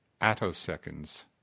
attoseconds